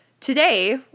Today